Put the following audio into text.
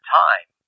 time